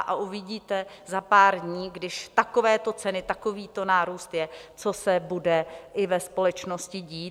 A uvidíte za pár dní, když takovéto ceny, takovýto nárůst je, co se bude i ve společnosti dít.